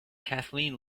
kathleen